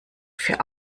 für